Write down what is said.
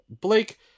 Blake